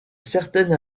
certaine